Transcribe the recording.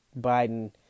Biden